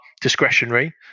discretionary